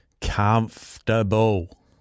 comfortable